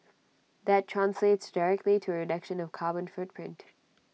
that translates directly to A reduction of carbon footprint